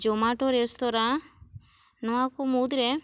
Zomato restaurant ᱱᱚᱣᱟ ᱠᱚ ᱢᱩᱫᱽᱨᱮ